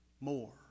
more